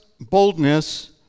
boldness